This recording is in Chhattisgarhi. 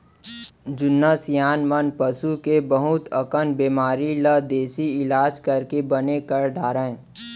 जुन्ना सियान मन पसू के बहुत अकन बेमारी ल देसी इलाज करके बने कर डारय